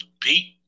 Pete